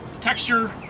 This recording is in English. texture